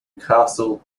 castle